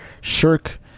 shirk